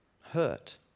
hurt